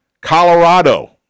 Colorado